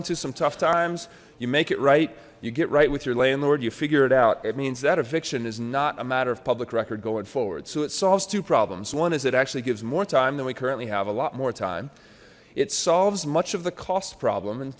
into some tough times you make it right you get right with your landlord you figure it out it means that eviction is not a matter of public record going forward so it solves two problems one is it actually gives more time than we currently have more time it solves much of the cost problem in